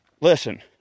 listen